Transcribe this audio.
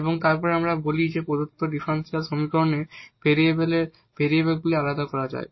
এবং তারপর আমরা বলি যে প্রদত্ত ডিফারেনশিয়াল সমীকরণে ভেরিয়েবল ভেরিয়েবলগুলি আলাদা করা যায়